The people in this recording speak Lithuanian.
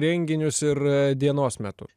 renginius ir dienos metu